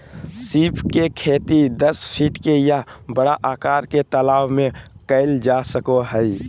सीप के खेती दस फीट के या बड़ा आकार के तालाब में कइल जा सको हइ